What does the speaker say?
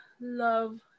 love